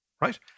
right